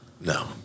No